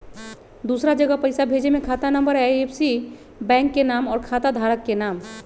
दूसरा जगह पईसा भेजे में खाता नं, आई.एफ.एस.सी, बैंक के नाम, और खाता धारक के नाम?